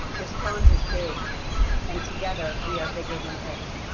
this challenge is big and together we are bigger than it.